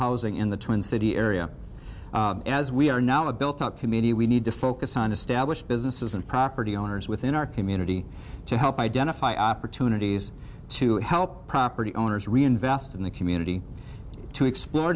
housing in the twin city area as we are now a built up committee we need to focus on established businesses and property owners within our community to help identify opportunities to help property owners reinvest in the community to explore